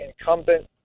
incumbent